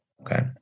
okay